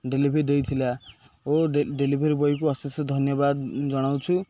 delivery ଦେଇଥିଲା ଓ delivery ବୟକୁ ଅଶେଷ ଧନ୍ୟବାଦ ଜଣାଉଛୁ